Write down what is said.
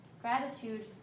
Gratitude